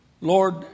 Lord